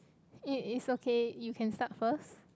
it is okay you can start first